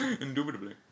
indubitably